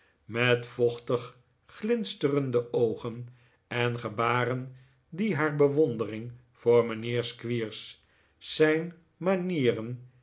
met vochtig glinsterende oogen en gebaren die haar bewondering voor mijnheer squeers zijn manieren